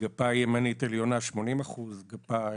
גפה ימנית עליונה 80 אחוזים, גפה